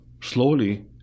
Slowly